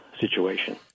situation